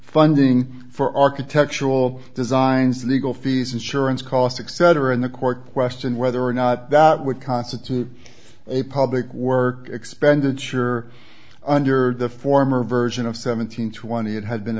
funding for architectural designs legal fees insurance costs except or in the court question whether or not that would constitute a public work expenditure under the former version of seven hundred twenty eight had been